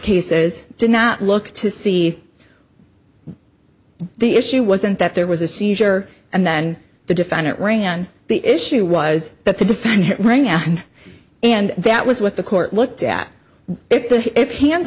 cases did not look to see the issue wasn't that there was a seizure and then the defendant ran the issue was that the defendant right now and that was what the court looked at if the hands